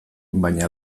baina